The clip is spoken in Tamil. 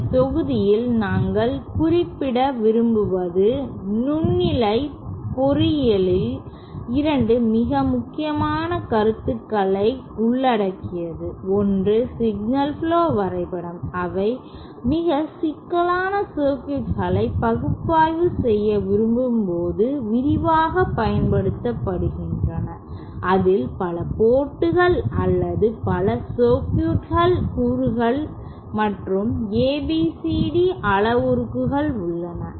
இந்த தொகுதியில் நாங்கள் குறிப்பிட விரும்புவது நுண்ணலை பொறியியலில் 2 மிக முக்கியமான கருத்துக்களை உள்ளடக்கியது ஒன்று சிக்னல் புளோ வரைபடம் அவை மிகவும் சிக்கலான சர்க்யூட்களை பகுப்பாய்வு செய்ய விரும்பும்போது விரிவாகப் பயன்படுத்தப்படுகின்றன அதில் பல போர்ட்கள் அல்லது பல சர்க்யூட் கூறுகள் மற்றும் ABCD அளவுருக்கள் உள்ளன